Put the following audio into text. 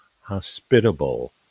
hospitable